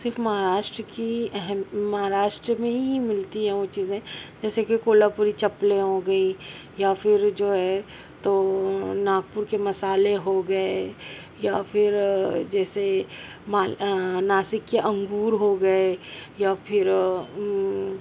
صرف مہاراشٹر کی اہم مہاراشٹر میں ہی ملتی ہیں وہ چیزیں جیسے کہ کولہا پوری چپلیں ہو گئی یا پھر جو ہے تو ناگپور کے مسالے ہو گئے یا پھر جیسے مال ناسک کے انگور ہو گئے یا پھر